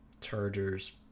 Chargers